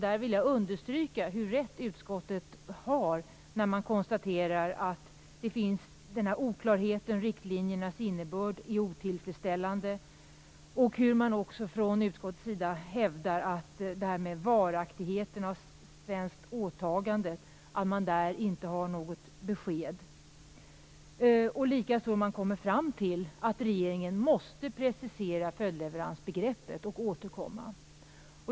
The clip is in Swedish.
Jag vill alltså understryka hur rätt utskottet har när man konstaterar att denna oklarhet om riktlinjernas innebörd är otillfredsställande och när man hävdar att man inte har något besked beträffande varaktigheten av ett svenskt åtagande. Likaså har man kommit fram till att regeringen måste precisera följdleveransbegreppet och återkomma.